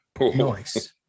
Nice